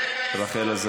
רגע היסטורי.